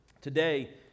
today